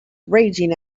raging